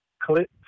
clip